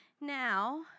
now